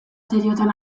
seriotan